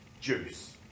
juice